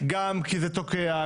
גם כי זה תוקע,